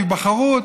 היבחרות,